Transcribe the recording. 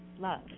love